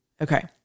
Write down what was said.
Okay